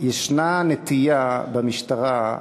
יש נטייה במשטרה,